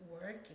working